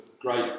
great